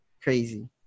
crazy